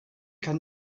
kann